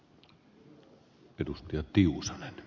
arvoisa herra puhemies